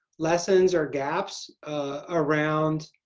lessons or gaps around